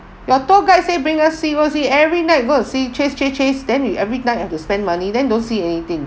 your tour guide say bring us see go see every night go and see chase chase chase then we every night have to spend money then don't see anything